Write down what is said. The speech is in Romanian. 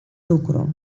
lucru